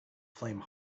flame